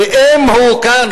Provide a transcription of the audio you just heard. ואם הוא כאן,